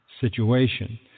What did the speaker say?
situation